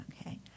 Okay